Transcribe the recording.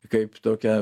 kaip tokia